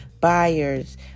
buyers